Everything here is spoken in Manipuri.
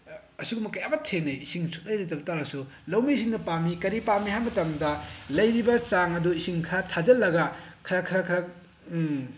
ꯑꯁꯤꯒꯨꯝꯕ ꯀꯌꯥ ꯑꯃ ꯊꯦꯡꯅꯩ ꯏꯁꯤꯡ ꯁꯨꯛꯂꯩ ꯂꯩꯇꯕ ꯇꯥꯔꯁꯨ ꯂꯧꯃꯤꯁꯤꯡꯅ ꯄꯥꯝꯏ ꯀꯔꯤ ꯄꯥꯝꯏ ꯍꯥꯏꯕ ꯃꯇꯝꯗ ꯂꯩꯔꯤꯕ ꯆꯥꯡ ꯑꯗꯨ ꯏꯁꯤꯡ ꯈꯔ ꯊꯥꯖꯟꯂꯒ ꯈꯔꯛ ꯈꯔꯛ ꯈꯔꯛ